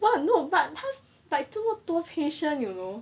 !wah! no but 她这么多 patient